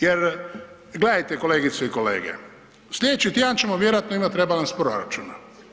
Jer gledajte kolegice i kolege, sljedeći tjedan ćemo vjerojatno imati rebalans proračuna.